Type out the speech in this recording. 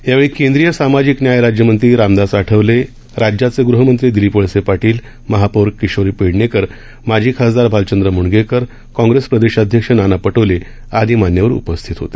यावेळी केंद्रीय सामाजिक न्याय राज्यमंत्री रामदास आठवले राज्याचे गृहमंत्री दिलीप वळसे पाधील महापौर किशोरी पेडणेकर माजी खासदार भालचंद्र म्णगेकर काँग्रेस प्रदेशाध्यक्ष नाना पशोले आदी मान्यवर उपस्थित होते